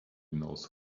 knows